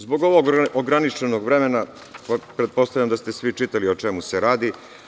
Zbog ovog ograničenog vremena, pretpostavljam da ste svi čitali o čemu se radi.